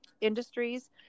industries